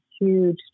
huge